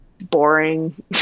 boring